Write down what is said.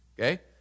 Okay